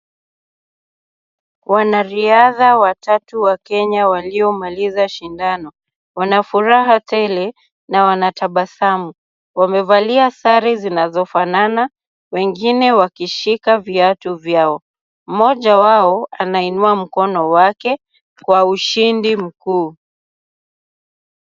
Wanariadha watatu wa Kenya waliomaliza shindano. Wanafuraha tele na wanatabasamu. Wamevalia sare zinazofanana wengine wakishika viatu vyao. Mmoja wao anainua mkono wake kwa ushindi mkuu.